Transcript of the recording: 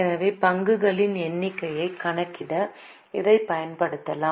எனவே பங்குகளின் எண்ணிக்கையை கணக்கிட இதைப் பயன்படுத்தலாம்